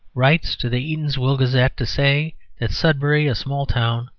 writes to the eatanswill gazette to say that sudbury, a small town,